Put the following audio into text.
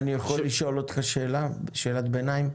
אני יכול לשאול אותך שאלת ביניים?